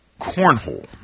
cornhole